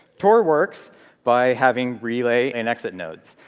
tor works by having relay and exit nodes.